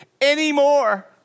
anymore